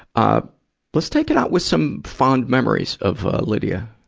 ah let's take it out with some fond memories of, ah, lydia.